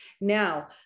Now